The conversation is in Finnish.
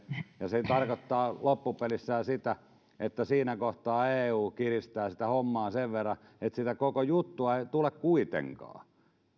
ja se tarkoittaa loppupelissään sitä että siinä kohtaa eu kiristää hommaa sen verran että koko juttua ei tule kuitenkaan